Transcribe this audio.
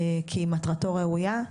כי מטרתו ראויה.